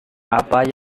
apa